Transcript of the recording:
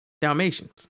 dalmatians